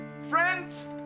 friends